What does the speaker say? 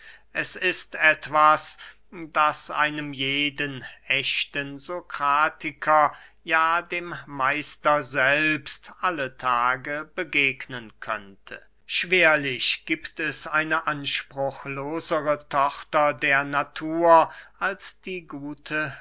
es ist etwas das einem jeden echten sokratiker ja dem meister selbst alle tage begegnen könnte schwerlich giebt es eine anspruchlosere tochter der natur als die gute